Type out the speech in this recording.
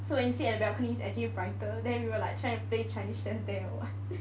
so when you sit at balcony is actually brighter then we were like trying to play chinese chess there or what